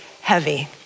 heavy